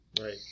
Right